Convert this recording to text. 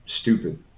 stupid